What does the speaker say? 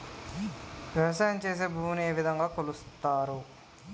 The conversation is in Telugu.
వ్యవసాయం చేసి భూమిని ఏ విధంగా కొలుస్తారు?